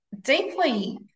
deeply